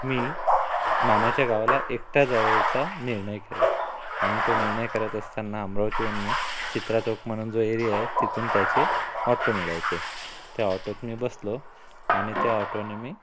मी मामाच्या गावाला एकटा जायचा निर्णय केला आणि तो निर्णय करत असताना अमरावतीवरून मी चित्रा चौक म्हणून जो एरिया आहे तिथून त्याचे ऑटो मिळायचे त्या ऑटोत मी बसलो आणि त्या ऑटोने मी